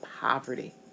poverty